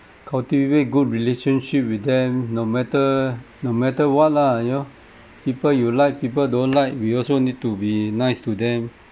cultivate good relationship with them no matter no matter what lah you know people you like people don't like we also need to be nice to them